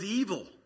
evil